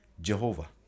Jehovah